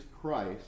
christ